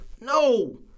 No